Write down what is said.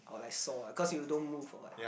or like saw ah cause you don't or what